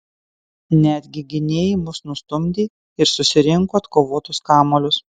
netgi gynėjai mus nustumdė ir susirinko atkovotus kamuolius